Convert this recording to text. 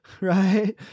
right